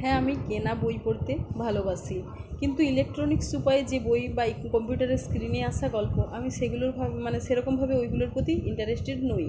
হ্যাঁ আমি কেনা বই পড়তে ভালোবাসি কিন্তু ইলেকট্রনিক্স উপায়ে যে বই বা কম্পিউটারের স্ক্রিনে আসা গল্প আমি সেগুলোরা ভাবে মানে সেরকমভাবে ওইগুলোরো প্রতি ইন্টারেস্টেড নই